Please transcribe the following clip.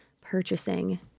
purchasing